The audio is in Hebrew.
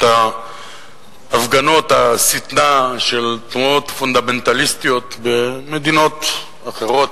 הפגנות השטנה של תנועות פונדמנטליסטיות במדינות אחרות,